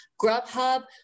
Grubhub